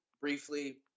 briefly